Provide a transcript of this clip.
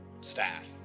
staff